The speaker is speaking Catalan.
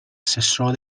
assessor